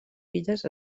filles